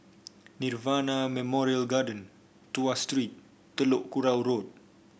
Nirvana Memorial Garden Tuas Street Telok Kurau Road